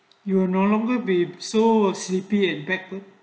you will no longer be so sleepy and back wake